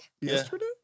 Yesterday